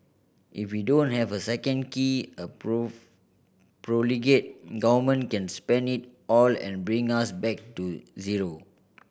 if we don't have a second key a profligate government can spend it all and bring us back to zero